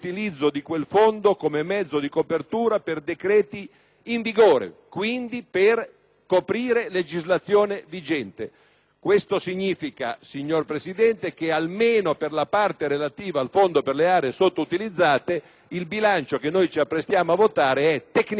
coprire legislazione vigente. Questo significa, signor Presidente, che almeno per la parte relativa al Fondo per le aree sottoutilizzate, il bilancio che ci apprestiamo a votare è tecnicamente falso. *(Applausi dai